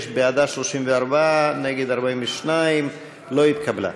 46: בעדה, 34, נגדה, 42. לא התקבלה.